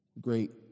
Great